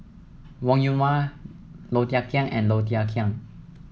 Wong Yoon Wah Low Thia Khiang and Low Thia Khiang